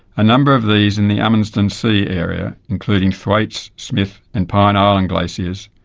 a number of these in the amundsen sea area, including thwaites, smith and pine island glaciers,